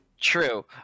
True